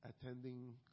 attending